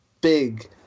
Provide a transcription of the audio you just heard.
big